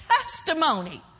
testimony